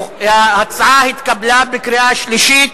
ההצעה התקבלה בקריאה שלישית.